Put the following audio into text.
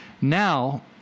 Now